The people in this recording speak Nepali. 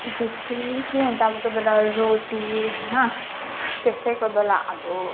त्यस्तै के हुन्छ अब कोही बेला रोटी होइन त्यस्तै कोही बेला अब